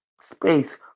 space